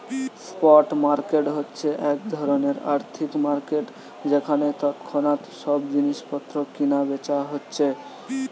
spot market হচ্ছে এক ধরণের আর্থিক মার্কেট যেখানে তৎক্ষণাৎ সব জিনিস পত্র কিনা বেচা হচ্ছে